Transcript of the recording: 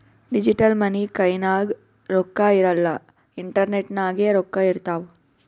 digital money ಕೈನಾಗ್ ರೊಕ್ಕಾ ಇರಲ್ಲ ಇಂಟರ್ನೆಟ್ ನಾಗೆ ರೊಕ್ಕಾ ಇರ್ತಾವ್